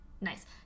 nice